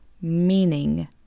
meaning